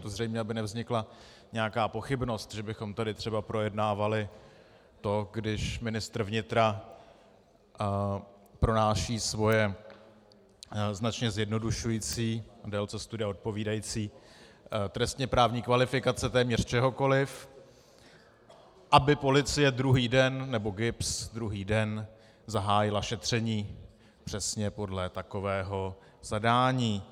To zřejmě aby nevznikla nějaká pochybnost, že bychom tady třeba projednávali to, když ministr vnitra pronáší svoje značně zjednodušující a délce studia odpovídající trestněprávní kvalifikace téměř čehokoliv, aby policie druhý den, nebo GIBS druhý den zahájila šetření přesně podle takového zadání.